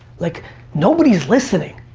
like nobody's listening.